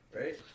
right